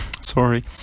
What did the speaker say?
sorry